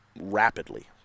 rapidly